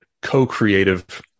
co-creative